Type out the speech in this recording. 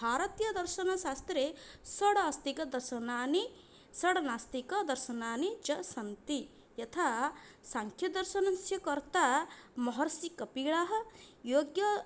भारतीयदर्शनशास्त्रे षडास्तिकदर्शनानि षड् नास्तिकदर्शनानि च सन्ति यथा साङ्ख्यदर्शनस्य कर्ता महर्षिकपिलः योग्य